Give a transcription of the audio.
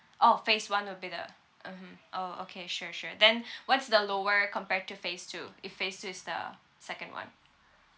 orh phase one will be the uh hmm orh okay sure sure then what's the lower compare to phase two if phase two is the second one